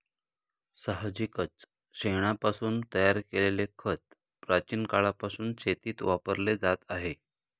साहजिकच शेणापासून तयार केलेले खत प्राचीन काळापासून शेतीत वापरले जात आहे